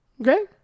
Okay